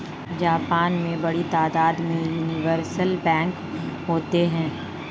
Japan में बड़ी तादाद में यूनिवर्सल बैंक होते हैं